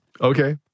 Okay